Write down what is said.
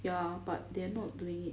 ya but they're not doing it